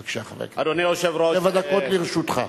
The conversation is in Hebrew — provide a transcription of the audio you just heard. בבקשה, חבר הכנסת מולה, שבע דקות לרשותך.